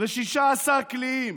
ו-16 קליעים.